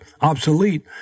obsolete